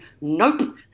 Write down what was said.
nope